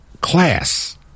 class